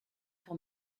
pour